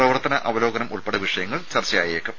പ്രവർത്തന അവലോകനം ഉൾപ്പെടെ വിഷയങ്ങൾ ചർച്ചയായേക്കും